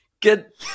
get